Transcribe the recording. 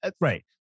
right